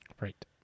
Right